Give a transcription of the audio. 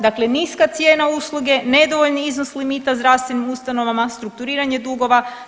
Dakle, niska cijena usluge, nedovoljni iznos limita zdravstvenim ustanovama, strukturiranje dugova.